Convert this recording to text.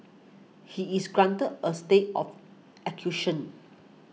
he is granted a stay of execution